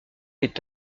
est